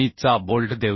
चा बोल्ट देऊया